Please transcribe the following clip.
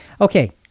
Okay